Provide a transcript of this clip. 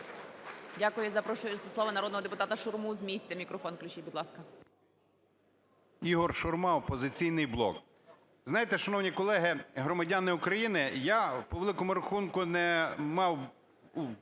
Дякую. Запрошую до слова народного депутата Шурму. З місця мікрофон включіть, будь ласка.